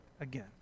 again